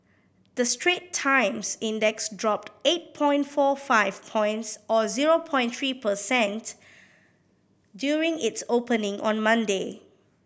the Straits Times Index dropped eight point four five points or zero point three per cent during its opening on Monday